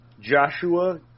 Joshua